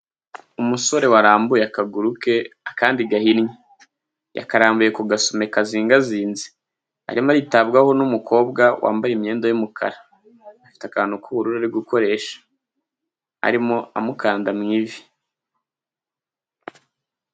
Umusore warambuye akaguru ke, akandi gahinnye, yakarambuye ku gasume kazingazinze, arimo aritabwaho n'umukobwa wambaye imyenda y'umukara, afite akantu k'ubururu ari gukoresha arimo amukanda mu ivi.